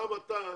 גם אתה,